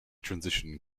transition